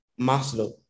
Maslow